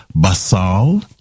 Basal